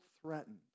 threatened